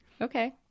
okay